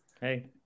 Hey